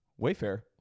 Wayfair